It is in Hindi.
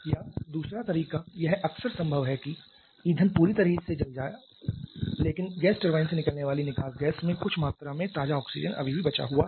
या दूसरा तरीका यह अक्सर संभव है कि ईंधन पूरी तरह से जल गया हो लेकिन गैस टरबाइन से निकलने वाली निकास गैस में कुछ मात्रा में ताजा ऑक्सीजन अभी भी बचा हुआ है